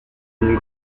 une